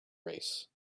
race